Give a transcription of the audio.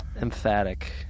Emphatic